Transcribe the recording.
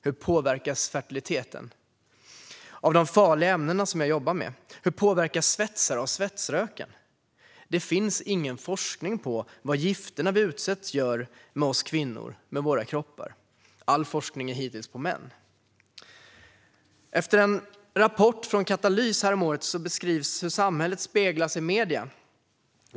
Hur påverkas fertiliteten av de farliga ämnena som jag jobbar med? Hur påverkas svetsare av svetsröken? Det finns ingen forskning på vad gifterna vi utsätts för gör med oss kvinnor och våra kroppar. All forskning hittills är på män. I en rapport från Katalys häromåret beskrivs hur samhället speglas i medierna.